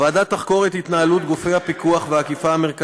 הוועדה תחקור את התנהלות גופי הפיקוח והאכיפה המרכזיים,